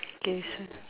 K so